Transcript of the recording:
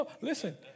listen